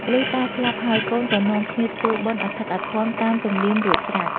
លុះតាស្លាប់ហើយ កូនក៏នាំគ្នាធ្វើបុណ្យអធិកអធមតាមទំនៀមរួច ស្រេច។